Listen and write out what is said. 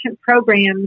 programs